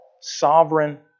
sovereign